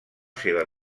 seva